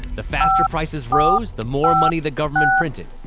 the faster prices rose, the more money the government printed,